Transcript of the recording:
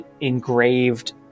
engraved